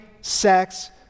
sex